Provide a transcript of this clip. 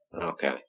Okay